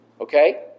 Okay